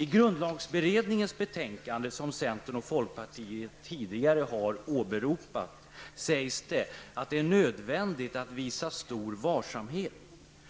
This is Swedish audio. I grundlagberedningens betänkande som centern och folkpartiet tidigare har åberopat heter det att det är nödvändigt att visa stor varsamhet.